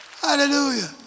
Hallelujah